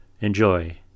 Enjoy